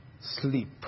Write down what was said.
sleep